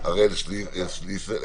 הראל שליסל,